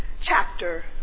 chapter